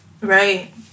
Right